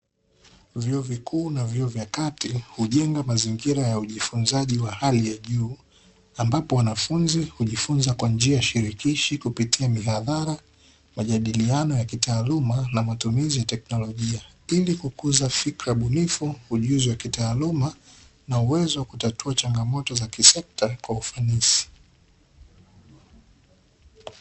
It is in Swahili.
Vyuo vikuu na vyuo vya kati hujenga mazingira ya ujifunzaji wa hali ya juu ambapo wanafunzi hujifunza kwa njia ya shirikishi kupitia mihadhara, majadiliano ya kitaaluma na matumizi ya teknolojia ili kukuza fikra bunifu ujuzi wa kitaaluma na uwezo wa kutatua changamoto za kisekta kwa ufanisi.